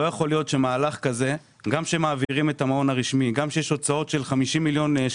לא יכול להיות שמהלך כזה גם כשמעבירים את המעון הרשמי,